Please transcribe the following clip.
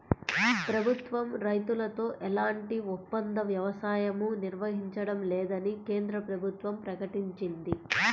ప్రభుత్వం రైతులతో ఎలాంటి ఒప్పంద వ్యవసాయమూ నిర్వహించడం లేదని కేంద్ర ప్రభుత్వం ప్రకటించింది